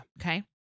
Okay